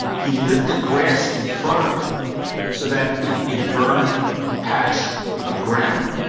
he lit the grass in front of him so that it it burned a patch of ground.